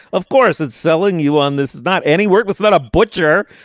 of course it's selling you on this is not any work. it's not a butcher.